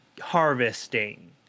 harvesting